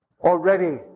already